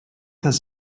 has